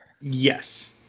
Yes